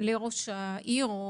לראש העיר או